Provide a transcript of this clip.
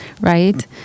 right